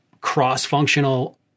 cross-functional